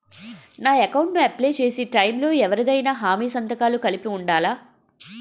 నా అకౌంట్ ను అప్లై చేసి టైం లో ఎవరిదైనా హామీ సంతకాలు కలిపి ఉండలా?